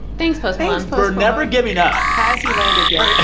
thanks, post malone. for never giving up has he landed yet?